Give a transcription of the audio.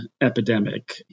epidemic